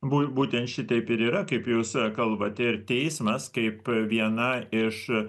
bū būtent šitaip ir yra kaip jūs kalbate ir teismas kaip viena iš